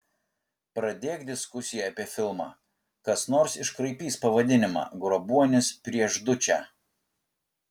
pradėk diskusiją apie filmą kas nors iškraipys pavadinimą grobuonis prieš dučę